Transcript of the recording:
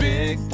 Big